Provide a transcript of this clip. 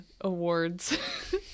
awards